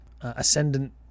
Ascendant